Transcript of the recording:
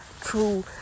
true